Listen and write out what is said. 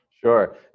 Sure